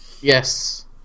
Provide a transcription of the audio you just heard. Yes